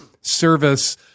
service